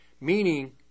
Meaning